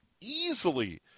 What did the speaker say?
easily